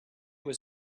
was